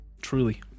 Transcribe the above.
Truly